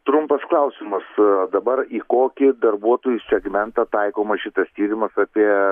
trumpas klausimas dabar į kokį darbuotojų segmentą taikomas šitas tyrimas apie